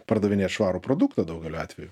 pardavinėt švarų produktą daugeliu atvejų